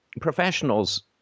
professionals